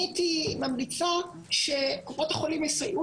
אני הייתי ממליצה שקופות החולים יסייעו